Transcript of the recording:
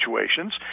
situations